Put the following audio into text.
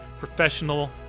professional